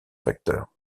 facteurs